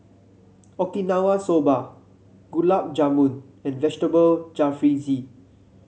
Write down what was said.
Okinawa Soba Gulab Jamun and Vegetable Jalfrezi